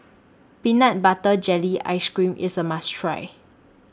Peanut Butter Jelly Ice Cream IS A must Try